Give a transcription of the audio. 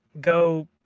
go